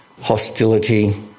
hostility